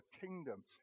kingdom